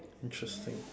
interesting ya